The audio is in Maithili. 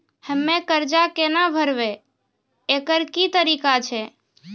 हम्मय कर्जा केना भरबै, एकरऽ की तरीका छै?